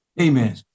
Amen